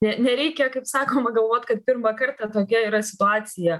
ne nereikia kaip sakoma galvot kad pirmą kartą tokia yra situacija